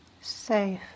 Safe